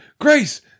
Grace